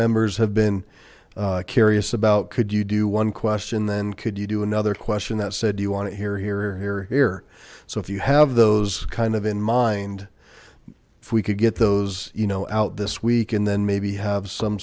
members have been curious about could you do one question then could you do another question that said do you want it here here here here so if you have those kind of in mind if we could get those you know out this week and then maybe have some